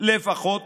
לפחות